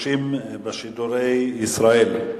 שיבושים בשידורי ישראל,